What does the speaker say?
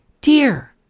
Dear